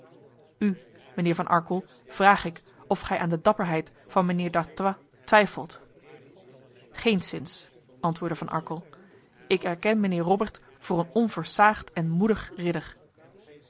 u mijnheer van arkel vraag ik of gij aan de dapperheid van mijnheer d'artois twijfelt geenszins antwoordde van arkel ik erken mijnheer robert voor een onversaagd en moedig ridder